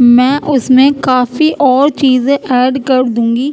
میں اس میں کافی اور چیزیں ایڈ کر دوں گی